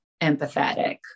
empathetic